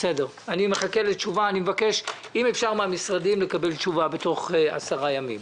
אני מחכה לקבל תשובה מן המשרדים בתוך עשרה ימים.